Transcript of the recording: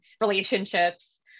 relationships